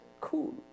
cool